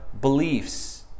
beliefs